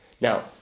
Now